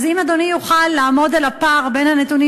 אז אם אדוני יוכל לעמוד על הפער בין הנתונים